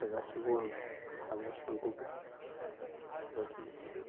थोजासेखौ आं हाजासेबांखौ गोसोबायदि